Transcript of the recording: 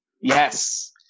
Yes